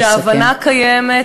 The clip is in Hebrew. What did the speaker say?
שההבנה קיימת,